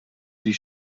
die